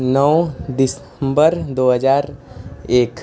नौ दिसंबर दो हजार एक